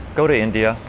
go to india.